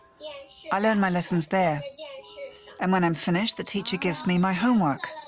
yeah yeah i learn my lessons there and when i'm finished the teacher gives me my homework.